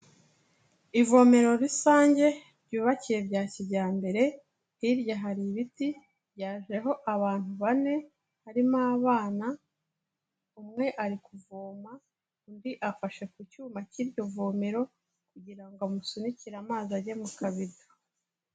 Ivomero rusange ryubakiye bya kijyambere, hirya hari ibiti ryajeho abantu bane, harimo abana, umwe ari kuvoma, undi afashe ku cyuma cy'iryo vomero kugira ngo amusunikire amazi ajye mu kabido.